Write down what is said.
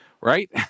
right